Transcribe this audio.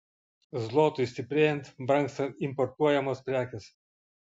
zlotui stiprėjant brangsta importuojamos prekės